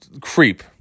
creep